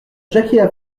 jacquier